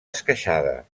esqueixada